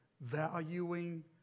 Valuing